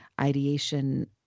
ideation